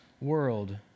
world